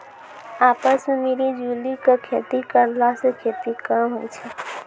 आपस मॅ मिली जुली क खेती करला स खेती कम होय छै